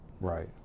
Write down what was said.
right